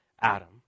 Adam